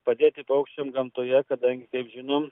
padėti paukščiams gamtoje kadangi kaip žinom